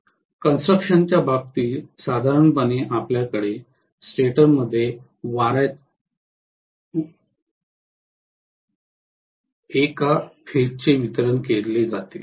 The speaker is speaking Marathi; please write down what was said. कंस्ट्रक्शन च्या बाबतीत साधारणपणे आपल्याकडे स्टेटरमध्ये वा याच्या एका फेज चे वितरण केले जाते